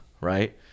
right